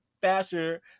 faster